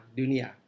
dunia